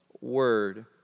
word